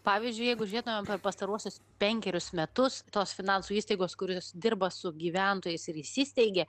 pavyzdžiui jeigu žiūrėtumėm per pastaruosius penkerius metus tos finansų įstaigos kurios dirba su gyventojais ir įsisteigė